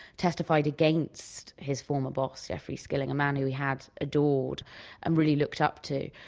testified against his former boss, jeffrey skilling a man who he had adored and really looked up to,